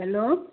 hello